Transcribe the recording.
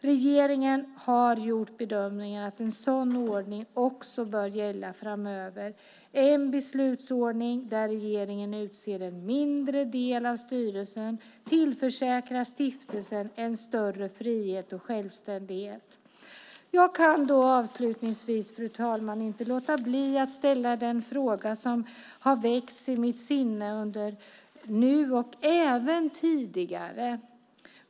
Regeringen har gjort bedömningen att en sådan ordning också bör gälla framöver. En beslutsordning där regeringen utser en mindre del av styrelsen tillförsäkrar stiftelsen en större frihet och självständighet. Fru talman! Jag kan avslutningsvis inte låta bli att ställa den fråga som har väckts i mitt sinne nu och även tidigare.